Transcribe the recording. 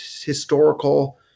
historical